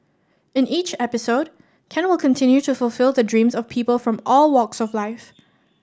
in each episode Ken will continue to fulfil the dreams of people from all walks of life